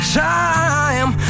time